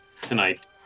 tonight